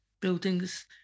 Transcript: buildings